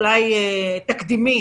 אולי תקדימי,